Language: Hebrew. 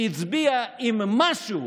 שהצביע עם משהו